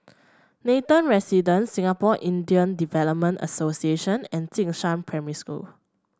Nathan Residences Singapore Indian Development Association and Jing Shan Primary School